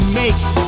makes